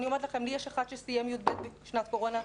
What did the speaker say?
יש לי אחד שסיים י"ב בשנת קורונה,